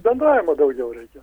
bendravimo daugiau reikia